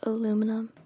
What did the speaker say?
Aluminum